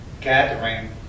gathering